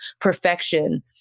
perfection